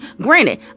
Granted